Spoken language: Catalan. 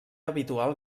habitual